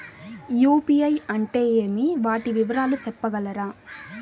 UPI అంటే ఏమి? వాటి వివరాలు సెప్పగలరా?